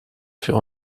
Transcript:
für